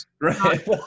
Right